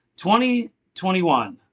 2021